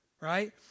right